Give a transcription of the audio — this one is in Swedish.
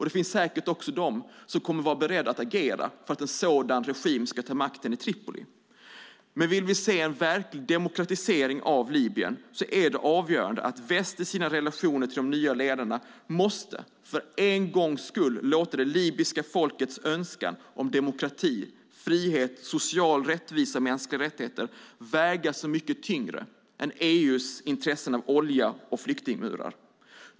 Det finns säkert också de som kommer att vara beredda att agera för att en sådan regim ska ta makten i Tripoli. Men om vi vill se en verklig demokratisering av Libyen är det avgörande att väst i sina relationer till de nya ledarna för en gång skull låter det libyska folkets önskan av demokrati, frihet, social rättvisa och mänskliga rättigheter väga så mycket tyngre än EU:s intressen av olja och flyktingmurar.